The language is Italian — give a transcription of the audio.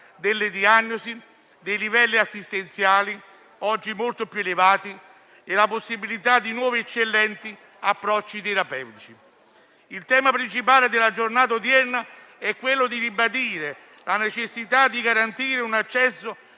delle diagnosi e dei livelli assistenziali, oggi molto più elevati, e la possibilità di nuovi eccellenti approcci terapeutici. Il tema principale della giornata odierna è ribadire la necessità di garantire un accesso